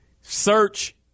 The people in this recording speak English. Search